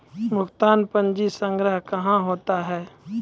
भुगतान पंजी संग्रह कहां होता हैं?